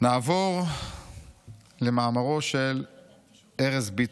נעבור למאמרו של ארז ביטון,